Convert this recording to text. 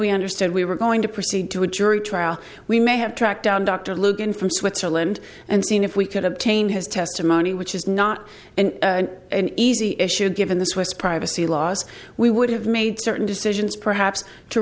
we understood we were going to proceed to a jury trial we may have tracked down dr logan from switzerland and seen if we could obtain his testimony which is not an easy issue given the swiss privacy laws we would have made certain decisions perhaps to